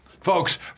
Folks